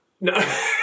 No